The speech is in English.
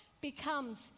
becomes